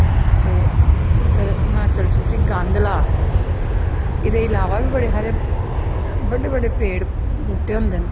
ते उध्दर हिमाचल जिसी गांदला आखदे ओह्दे इलावा बी बड़े बड़े पेड़ होंदे न